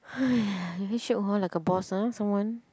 your handshake hor like a boss ah someone